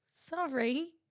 Sorry